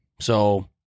So-